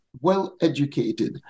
well-educated